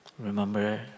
Remember